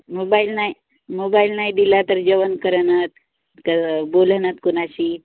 mobile ना mobile नाही दिला तर जेवण करेनात का बोलेनात कोणाशी